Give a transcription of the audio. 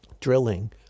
drilling